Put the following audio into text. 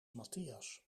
matthias